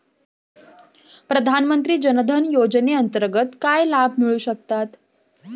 प्रधानमंत्री जनधन योजनेअंतर्गत काय लाभ मिळू शकतात?